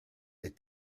est